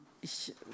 Ich